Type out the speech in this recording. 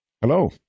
Hello